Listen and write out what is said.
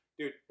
Dude